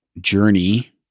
journey